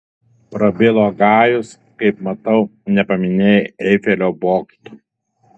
prabilo gajus kaip matau nepaminėjai eifelio bokšto